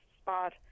spot